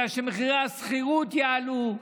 בגלל שמחירי השכירות יעלו,